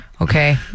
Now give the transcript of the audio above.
Okay